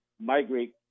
migrate